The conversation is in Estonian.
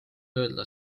öelda